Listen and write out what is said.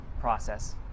process